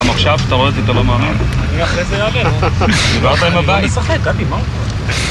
עכשיו כשאתה רואה אותי אתה לא מאמין אני אחרי זה יהמר דיברת עם הבית אני לא משחק, גדי, מה?